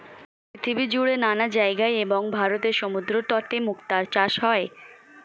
পৃথিবীজুড়ে নানা জায়গায় এবং ভারতের সমুদ্রতটে মুক্তার চাষ হয়